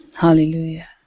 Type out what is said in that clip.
Hallelujah